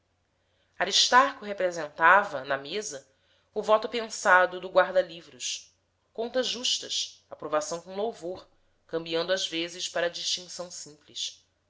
professores aristarco representava na mesa o voto pensado do guarda-livros contas justas aprovação com louvor cambiando às vezes para distinção simples